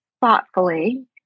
thoughtfully